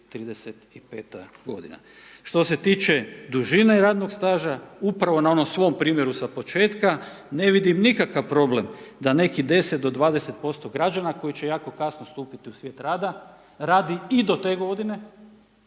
35 godina. Što se tiče dužine radnog staža, upravo na onom svom primjeru sa početka, ne vidim nikakav problem da nekih 10 do 20% građana koji će jako kasno stupiti u svijet rada, radi i do te godine